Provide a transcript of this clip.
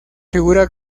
figura